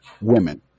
women